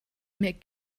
mir